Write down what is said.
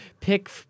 pick